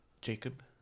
Jacob